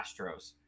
astros